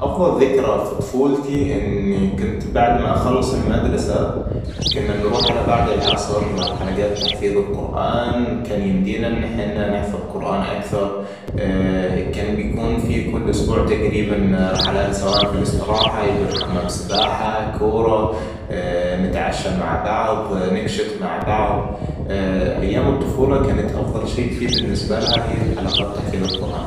افضل ذكرى في طفولتي إني كنت بعد ما أخلص المدرسة كنا نروح على بعد العصر حلقات تحفيظ القرآن كان يمدينا ان حنا نحفظ قرآن اكثر كان بيكون في كل اسبوع تقريبا رحلات سواء في الإستراحة يكون حمام سباحة, كوره, نتعشى مع بعض نكشت مع بعض أيام الطفولة كانت افضل شيء فيه بالنسبة لها هي حلقات تحفيظ القرآن